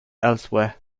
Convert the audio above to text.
elsewhere